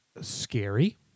scary